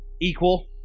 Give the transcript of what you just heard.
equal